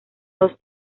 dos